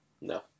no